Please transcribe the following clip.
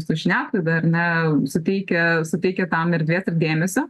mūsų žiniasklaida ar ne suteikia suteikia tam erdvės ir dėmesio